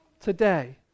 today